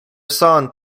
song